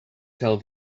tell